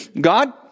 God